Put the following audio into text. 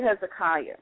Hezekiah